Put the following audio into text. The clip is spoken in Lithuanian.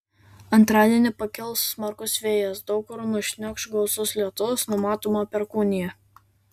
antradienį pakils smarkus vėjas daug kur nušniokš gausus lietus numatoma perkūnija